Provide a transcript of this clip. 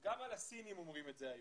שגם על הסינים אומרים את זה היום.